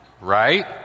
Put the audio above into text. right